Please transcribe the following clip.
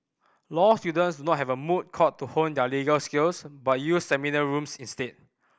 law students do not have a moot court to hone their legal skills but use seminar rooms instead